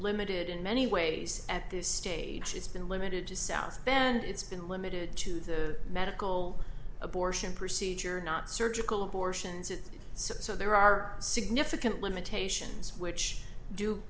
limited in many ways at this stage it's been limited to south bend it's been limited to the medical abortion procedure not surgical abortions it so so there are significant limitations which do